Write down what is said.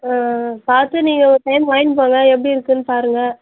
ம் ம் பார்த்து நீங்கள் ஒரு டைம் வாங்கிட்டு போங்க எப்படி இருக்குதுன்னு பாருங்கள்